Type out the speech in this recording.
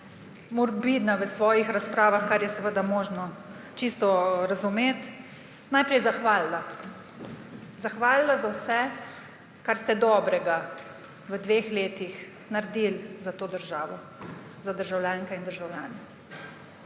morbidna v svojih razpravah, kar je seveda možno čisto razumeti, najprej zahvalila. Zahvalila za vse, kar ste dobrega v dveh letih naredili za to državo, za državljanke in državljane.